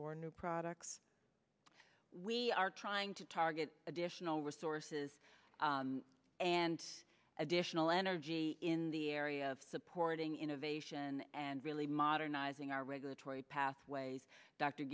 or new products we are trying to target additional resources and additional energy in the area of supporting innovation and really modernizing our regulatory pathways dr